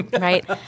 right